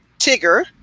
Tigger